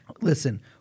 Listen